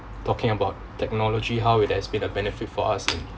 talking about technology how it has been a benefit for us in